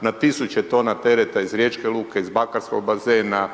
na tisuća tona tereta iz riječke luke, iz bakarskog bazena,